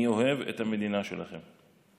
אני אוהב את המדינה שלכם.